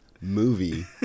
movie